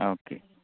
okay